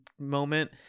moment